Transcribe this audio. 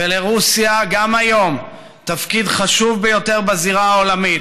לרוסיה גם היום יש תפקיד חשוב ביותר בזירה העולמית.